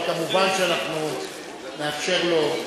אבל כמובן אנחנו נאפשר לו,